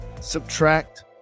subtract